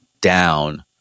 down